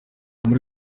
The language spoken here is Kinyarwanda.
muri